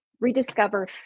rediscover